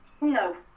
No